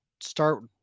start